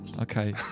okay